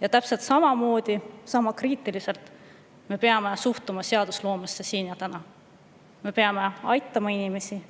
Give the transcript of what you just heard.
Ja täpselt samamoodi, sama kriitiliselt me peame suhtuma seadusloomesse siin ja täna. Me peame inimesi aitama,